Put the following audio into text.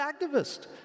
activist